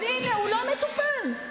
אז הוא לא מטופל.